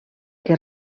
que